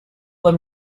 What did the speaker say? them